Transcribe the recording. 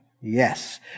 Yes